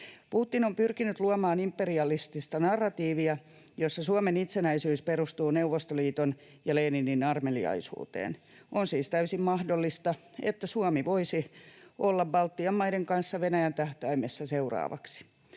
Putin on pyrkinyt luomaan imperialistista narratiivia, jossa Suomen itsenäisyys perustuu Neuvostoliiton ja Leninin armeliaisuuteen. On siis täysin mahdollista, että Suomi voisi olla Baltian maiden kanssa Venäjän tähtäimessä seuraavaksi.